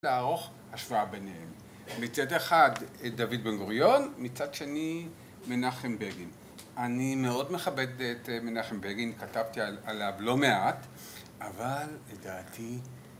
לערוך השוואה ביניהם. מצד אחד דוד בן גוריון, מצד שני מנחם בגין. אני מאוד מכבד את מנחם בגין, כתבתי עליו לא מעט, אבל לדעתי